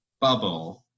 bubble